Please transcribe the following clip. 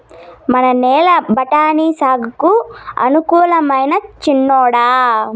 మన నేల బఠాని సాగుకు అనుకూలమైనా చిన్నోడా